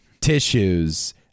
tissues